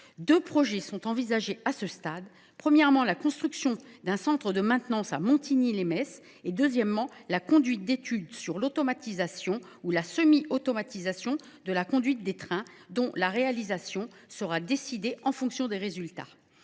Deux projets sont envisagés à ce stade : premièrement, la construction d’un centre de maintenance à Montigny lès Metz ; deuxièmement, la conduite d’études sur l’automatisation ou la semi automatisation de la conduite des trains, dont la réalisation sera décidée en fonction des résultats.